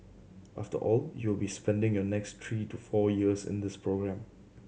after all you will be spending your next three to four years in this programme